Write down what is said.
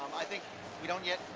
i think we don't yet,